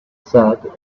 said